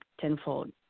tenfold